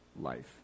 life